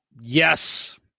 Yes